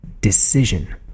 decision